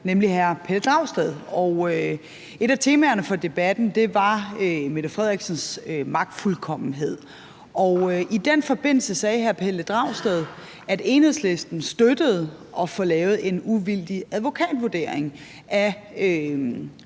nemlig hr. Pelle Dragsted. Et af temaerne for debatten var statsministerens magtfuldkommenhed, og i den forbindelse sagde hr. Pelle Dragsted, at Enhedslisten støttede at få lavet en uvildig advokatvurdering af